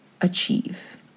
achieve